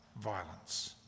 violence